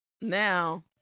now